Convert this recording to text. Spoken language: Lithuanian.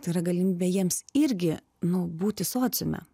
tai yra galimybė jiems irgi nu būti sociume